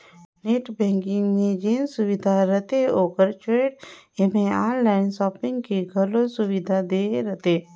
net banking मे जेन सुबिधा रहथे ओकर छोयड़ ऐम्हें आनलाइन सापिंग के घलो सुविधा देहे रहथें